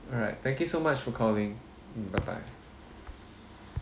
all right thank you so much for calling mm bye bye